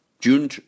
June